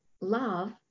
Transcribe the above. love